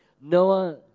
Noah